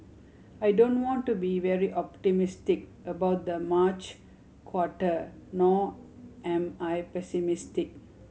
I don't want to be very optimistic about the March quarter nor am I pessimistic